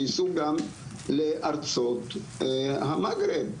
שייסעו גם לארצות המגרב,